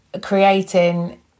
creating